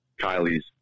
Kylie's